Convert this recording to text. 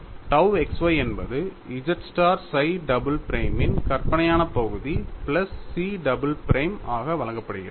tau x y என்பது z star psi double பிரைமின் கற்பனையான பகுதி பிளஸ் chi டபுள் பிரைம் ஆக வழங்கப்படுகிறது